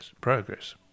progress